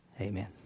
Amen